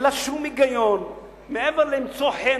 אין לה שום היגיון מעבר ללמצוא חן